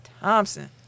Thompson